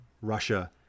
Russia